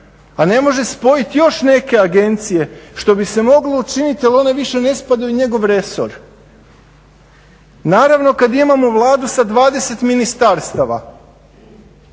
a ne može spojiti još neke agencije što bi se moglo učiniti ali one više ne spadaju u njegov resor. Naravno kad imamo Vladu sa 20 ministarstava.